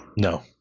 No